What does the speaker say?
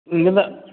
இங்கே தான்